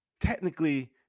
Technically